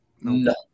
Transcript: No